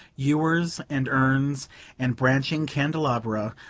ewers and urns and branching candelabra,